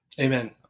Amen